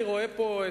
אני רואה פה,